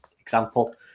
example